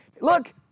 look